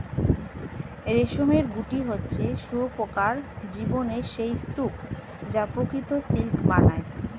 রেশমের গুটি হচ্ছে শুঁয়োপোকার জীবনের সেই স্তুপ যা প্রকৃত সিল্ক বানায়